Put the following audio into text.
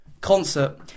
concert